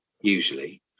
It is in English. usually